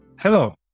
Hello